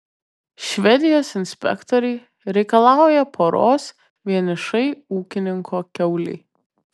švedijos inspektoriai reikalauja poros vienišai ūkininko kiaulei